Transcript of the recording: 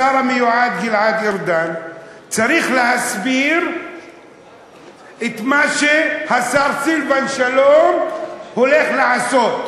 השר המיועד גלעד ארדן צריך להסביר את מה שהשר סילבן שלום הולך לעשות.